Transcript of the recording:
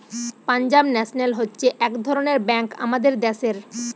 Punjab national হচ্ছে এক রকমের ব্যাঙ্ক আমাদের দ্যাশের